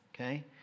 okay